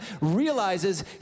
realizes